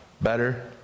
better